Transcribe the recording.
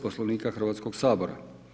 Poslovnika Hrvatskog sabora.